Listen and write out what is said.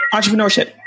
Entrepreneurship